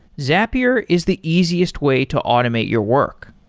zapier is the easiest way to automate your work.